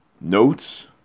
Notes